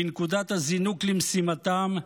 בנקודת הזינוק למשימתם,